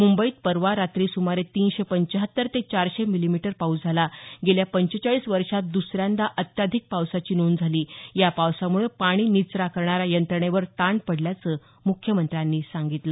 मुंबईत परवा रात्री सुमारे तीनशे पंचाहत्तर ते चारशे मिलीमीटर पाऊस झाला गेल्या पंचेचाळीस वर्षात दुसऱ्यांदा अत्याधिक पावसाची नोंद झाली या पावसामुळे पाणी निचरा करणाऱ्या यंत्रणेवर ताण पडल्याचं मुख्यमंत्र्यांनी सांगितलं